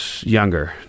Younger